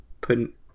put